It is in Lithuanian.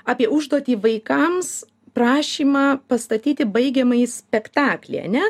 apie užduotį vaikams prašymą pastatyti baigiamąjį spektaklį ane